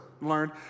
learned